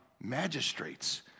magistrates